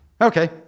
Okay